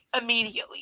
immediately